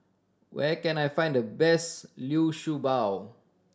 where can I find the best liu shu bao